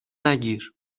نگیر